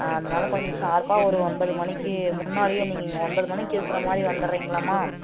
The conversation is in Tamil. ஆ அதனால கொஞ்சம் ஷார்ப்பாக ஒரு ஒன்பது மணிக்கு முன்னாடியே நீங்கள் இங்கே ஒன்பது மணிக்கு இருக்குற மாதிரி வந்துடுறீங்களாம்மா